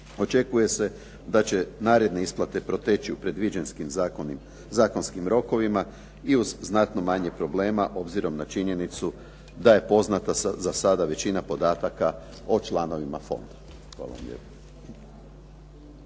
Očekuje se da će naredne isplate proteći u predviđenim zakonskim rokovima, i uz znatno manje problema obzirom na činjenicu da je poznata za sada većina podataka o članovima fonda.